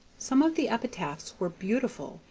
some of the epitaphs were beautiful,